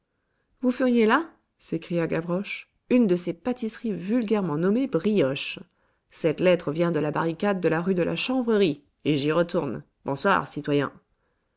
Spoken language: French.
vous feriez là s'écria gavroche une de ces pâtisseries vulgairement nommées brioches cette lettre vient de la barricade de la rue de la chanvrerie et j'y retourne bonsoir citoyen